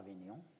Avignon